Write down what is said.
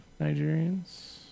Nigerians